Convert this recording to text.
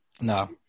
No